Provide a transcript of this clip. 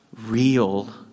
real